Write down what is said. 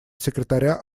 секретаря